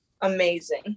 amazing